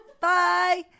Bye